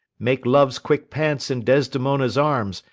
make love's quick pants in desdemona's arms,